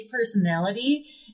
personality